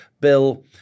bill